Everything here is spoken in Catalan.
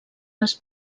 les